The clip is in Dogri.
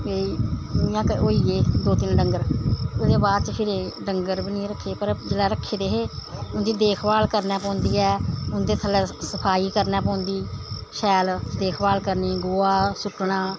ते इ'यां होई गे दो तिन डंगर ओह्दे बाद च फिरी डंगर बी निं रक्खे जिसलै रक्खे दे हे उं'दी देखभाल करनी पौंदी ऐ उं'दे थ'ल्लै सफाई करनी पौंदी शैल देखभाल करनी गोहा सुट्टना